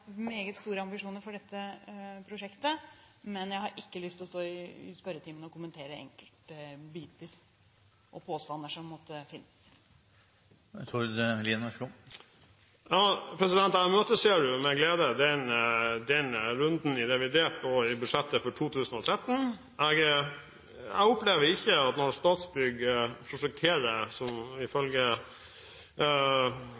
meget store ambisjoner for dette prosjektet, men jeg har ikke lyst til å stå i spørretimen og kommentere enkelte biter og påstander som måtte finnes. Jeg imøteser med glede den runden i forbindelse med revidert og budsjettet for 2013. Jeg opplever ikke når Statsbygg ifølge Statsbygg selv prosjekterer